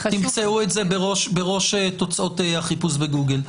תמצאו את זה בראש תוצאות החיפוש בגוגל.